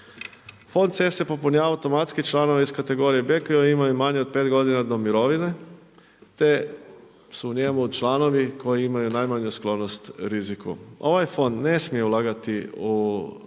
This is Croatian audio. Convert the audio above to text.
Fond C se popunjava automatski članovi iz kategorije B koji imaju manje od 5 godina do mirovine, te su u njemu članovi koji imaju najmanju sklonost riziku. Ovaj fond ne smije ulagati u vlasničke